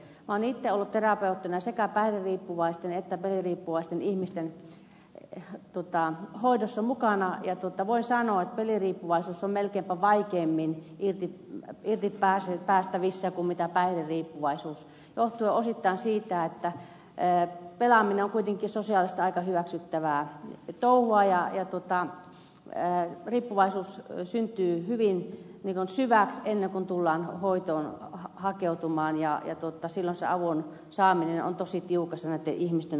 minä olen itse ollut terapeuttina sekä päihderiippuvaisten että peliriippuvaisten ihmisten hoidossa mukana ja voin sanoa että peliriippuvaisuus on melkeinpä vaikeammin irti päästävissä kuin päihderiippuvaisuus johtuen osittain siitä että pelaaminen on kuitenkin sosiaalisesti aika hyväksyttävää touhua ja riippuvaisuus syntyy hyvin syväksi ennen kuin tullaan hoitoon hakeutumaan ja silloin se avun saaminen on tosi tiukassa näitten ihmisten osalta